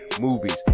movies